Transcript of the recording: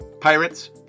Pirates